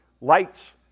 lights